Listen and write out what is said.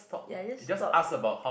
ya you just talk